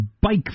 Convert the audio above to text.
bike